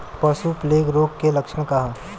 पशु प्लेग रोग के लक्षण का ह?